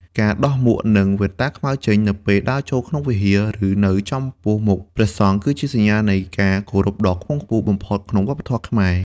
ការដោះមួក និងវ៉ែនតាខ្មៅចេញ នៅពេលដើរចូលក្នុងព្រះវិហារ ឬនៅចំពោះមុខព្រះសង្ឃ គឺជាសញ្ញានៃការគោរពដ៏ខ្ពង់ខ្ពស់បំផុតក្នុងវប្បធម៌ខ្មែរ។